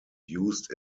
used